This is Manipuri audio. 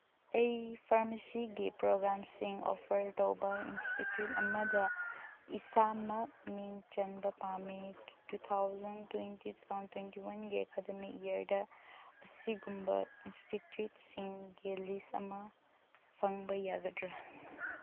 ꯑꯩ ꯐꯥꯔꯃꯥꯁꯤꯒꯤ ꯄ꯭ꯔꯣꯒꯥꯝꯁꯤꯡ ꯑꯣꯐꯔ ꯇꯧꯕ ꯏꯟꯁꯇꯤꯇꯌꯨꯠ ꯑꯃꯗ ꯏꯁꯥꯃꯛ ꯃꯤꯡ ꯆꯟꯕ ꯄꯥꯝꯃꯤ two thousand twenty two thousand twenty ꯋꯥꯟꯒꯤ ꯑꯦꯀꯥꯗꯃꯤꯛ ꯏꯌꯔꯗ ꯑꯁꯤꯒꯨꯝꯕ ꯏꯟꯁꯇꯤꯇ꯭ꯌꯨꯠꯁꯤꯡꯒꯤ ꯂꯤꯁ ꯑꯃ ꯐꯪꯕ ꯌꯥꯒꯗ꯭ꯔꯥ